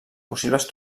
possibles